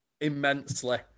immensely